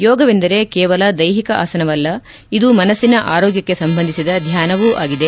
ಯೋಗವೆಂದರೆ ಕೇವಲ ದೈಹಿಕ ಆಸನವಲ್ಲ ಇದು ಮನಸ್ಸಿನ ಆರೋಗ್ಲಕ್ಷೆ ಸಂಬಂಧಿಸಿದ ಧ್ವಾನವೂ ಆಗಿದೆ